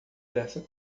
dessa